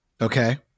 Okay